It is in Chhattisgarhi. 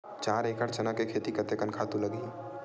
चार एकड़ चना के खेती कतेकन खातु लगही?